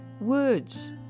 Words